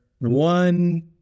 one